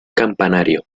campanario